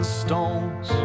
stones